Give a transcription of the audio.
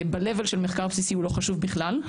ברמה של מחקר בסיסי הוא לא חשוב בכלל,